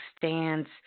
stands